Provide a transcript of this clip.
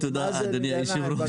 תודה, אדוני היושב-ראש.